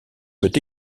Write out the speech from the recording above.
peut